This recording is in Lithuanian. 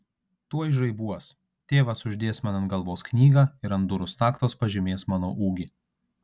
tuoj žaibuos tėvas uždės man ant galvos knygą ir ant durų staktos pažymės mano ūgį